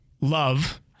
love